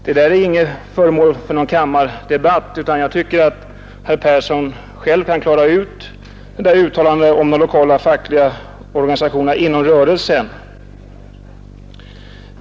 Men detta är inget att göra till föremål för en kammardebatt, utan jag tycker att herr Persson själv inom rörelsen skall klara upp detta uttalande om de lokala fackliga organisationerna.